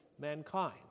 mankind